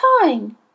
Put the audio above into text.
time